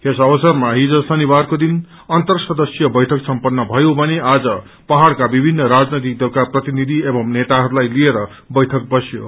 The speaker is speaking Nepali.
यस अवसरमा हिज शनिवारको दिन अन्तर सदस्यीय बैठक सम्पन्न भयो भने आज पहाड़का विभिन्न राजनैतिक दलका प्रतिनिधि एवं नेताहरूलाई लिएर बैठक बस्यो